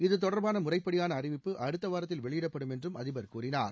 இது தொடர்பான முறைப்படியான அறிவிப்பு அடுத்த வாரத்தில் வெளியிடப்படும் என்றும் அதிபர் கூறினார்